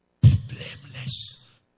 blameless